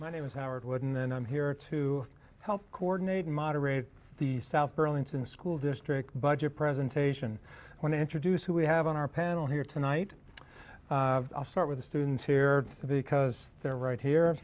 my name is howard wooden and i'm here to help coordinate moderate the south burlington school district budget presentation i want to introduce who we have on our panel here tonight i'll start with the students here because they're right here